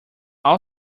all